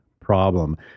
problem